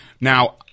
Now